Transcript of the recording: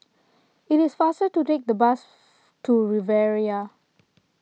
it is faster to take the bus to Riviera